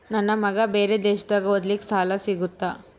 ನನ್ನ ಮಗ ಬೇರೆ ದೇಶದಾಗ ಓದಲಿಕ್ಕೆ ಸಾಲ ಸಿಗುತ್ತಾ?